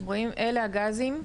אלה הגזים.